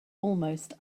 almost